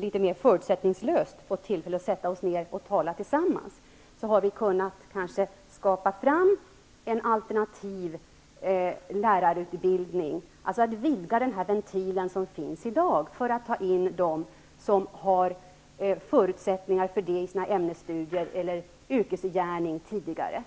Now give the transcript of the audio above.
litet mer förutsättningslöst hade fått tillfälle att sätta oss ned och tala tillsammans, kanske hade vi kunnat skapa en alternativ lärarutbildning, dvs. att vidga den ventil som finns i dag för att ta in dem som har förutsättningar för det i sina ämnesstudier eller i sina tidigare yrkesgärningar.